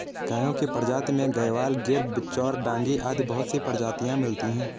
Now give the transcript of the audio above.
गायों की प्रजाति में गयवाल, गिर, बिच्चौर, डांगी आदि बहुत सी प्रजातियां मिलती है